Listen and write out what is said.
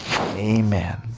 Amen